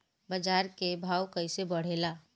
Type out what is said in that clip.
बाजार के भाव कैसे बढ़े ला?